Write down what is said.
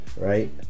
right